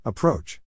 Approach